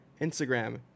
Instagram